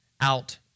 out